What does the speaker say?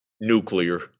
nuclear